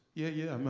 yeah yeah,